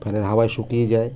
ফ্যানের হাওয়ায় শুকিয়ে যায়